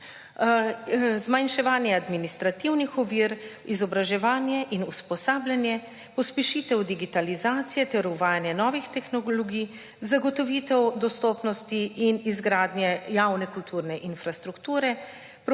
zmanjševanje administrativnih ovir, izobraževanje in usposabljanje, pospešitev digitalizacije ter uvajanje novih tehnologij, zagotovitev dostopnosti in izgradnje javne kulturne infrastrukture,